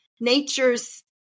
nature's